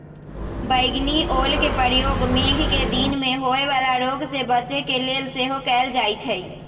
बइगनि ओलके प्रयोग मेघकें दिन में होय वला रोग से बच्चे के लेल सेहो कएल जाइ छइ